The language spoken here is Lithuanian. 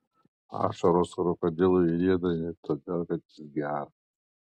ašaros krokodilui rieda ne todėl kad jis geras